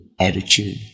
attitude